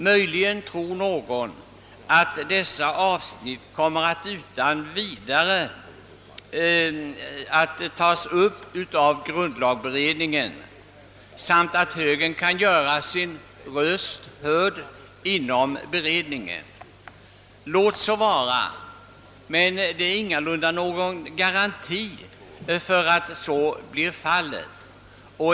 Möjligen tror någon att grundlagberedningen spontant kommer att ta upp frågorna och kanske anser, att högern kan göra sin röst hörd inom beredningen. Det finns emellertid inga garantier att så blir fallet.